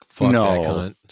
no